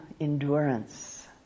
endurance